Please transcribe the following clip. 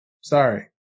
Sorry